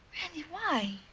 randy, why?